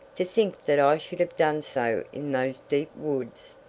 to think that i should have done so in those deep woods.